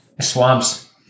Swamps